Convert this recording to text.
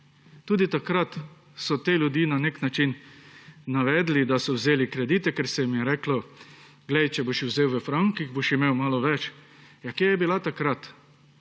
Tudi takrat so te ljudi na nek način navedli, da so vzeli kredite, ker so jim je rekli, če boš vzel v frankih, boš imel malo več. Ja, kje je bila takrat